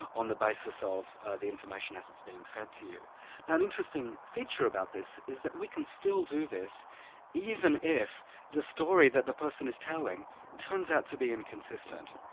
on the basis of ah the information as it's been fed to you. now an interesting feature about this is that we can still do this even if the story that the person is telling turns out to be inconsistent.